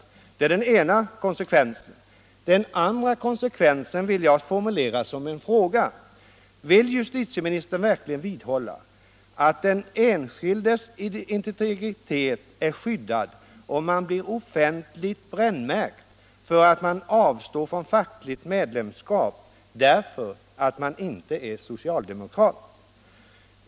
Det är den ena viktiga konsekvensen. Den andra konsekvensen vill jag formulera som en fråga: Vill justitieministern verkligen vidhålla att den enskildes integritet är skyddad om man blir offentligt brännmärkt för att ha avstått från fackligt medlemskap på grund av att man inte är socialdemokrat?